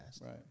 Right